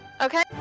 Okay